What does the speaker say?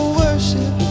worship